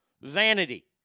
Vanity